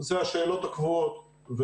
אלה השאלות הקבועות.